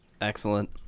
Excellent